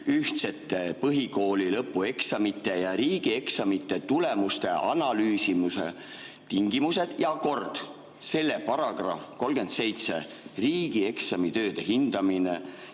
ühtsete põhikooli lõpueksamite ja riigieksamite tulemuste analüüsimise tingimused ja kord". Selle § 37 "Riigieksamitööde hindamine"